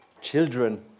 Children